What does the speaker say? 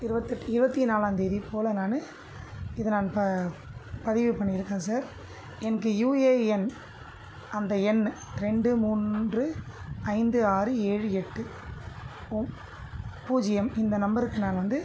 இருபத்தெட்டு இருபத்தி நாலாந்தேதி போல் நான் இதை நான் ப பதிவு பண்ணியிருக்கேன் சார் எனக்கு யுஏஎன் அந்த எண் ரெண்டு மூன்று ஐந்து ஆறு ஏழு எட்டு உ பூஜ்ஜியம் இந்த நம்பருக்கு நான் வந்து